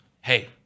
hey